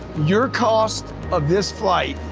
your cost of this flight,